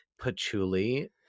patchouli